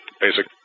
basic